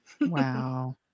Wow